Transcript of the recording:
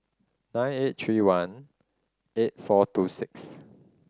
nine eight three one eight four two six